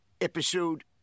episode